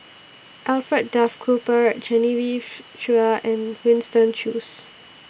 Alfred Duff Cooper Genevieve Chua and Winston Choos